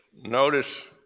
notice